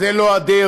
זו לא הדרך.